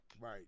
Right